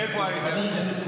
איפה הייתם?